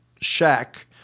shack